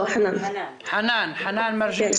חנאן מרג'יה,